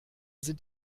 sind